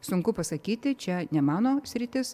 sunku pasakyti čia ne mano sritis